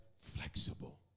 flexible